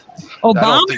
Obama